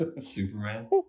Superman